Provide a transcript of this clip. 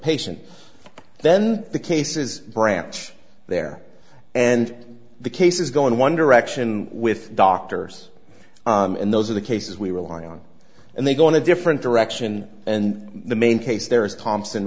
patient then the case is branch there and the case is going one direction with doctors and those are the cases we rely on and they go in a different direction and the main case there is thompson